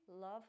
love